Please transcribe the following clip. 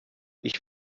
ich